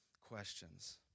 questions